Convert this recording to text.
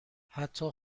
حتی